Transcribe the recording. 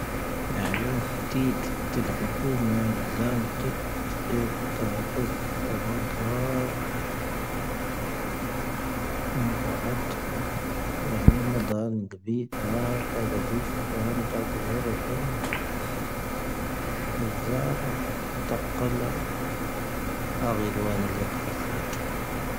ⵏⴰⴰⵢⵓ, ⵜⵉⴷ, ⵜⵀⵉⵍ ⵀⵡⴽⵓⵎⴰ, ⵉⵍⵣⴰⴰⵎ ⵜⵉⴷ ⵜⴰⵇⵉⵣ ⵎⴰ'ⴷⵀⴰⵍ ⵎⴰ'ⴷⵀⴰⵍ. ⵎⴰ'ⴷⵀⴰⵍ, ⴳⴰⴱⴻⴻⵀⴰ ⵜⴰⵇⴰⵣⵉⴼ ⴽⴰ ⴰⵏ ⵜⴰⵇⴰⵣⴰⵔⴰ ⵜⴰⴳⴰⵣⵉⴼ ⴽⴰⵏ. ⵣⴰⵔ ⵜⴰⵇⴰⵍⴰ ⴰⵇⵉⵔ ⵏⴰⵏ ⴻⵍⴻⴳⵀⵜⵉⵙⴰⴷⵉ.